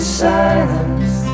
silence